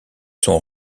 sont